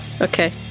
Okay